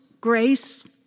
grace